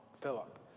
Philip